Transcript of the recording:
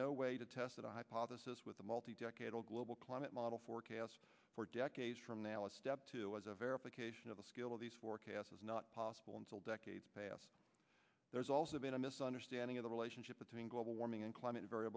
no way to test a hypothesis with a multi decadal global climate model forecast for decades from now a step two as a verification of the scale of these forecasts is not possible until decades past there's also been a misunderstanding of the relationship between global warming and climate v